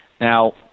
Now